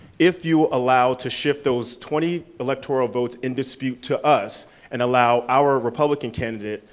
if you allow to shift those twenty electoral votes in dispute to us and allow our republican candidate,